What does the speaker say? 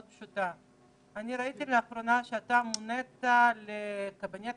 ראיתי לאחרונה שאתה מונית למשקיף בקבינט